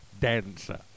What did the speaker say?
dancer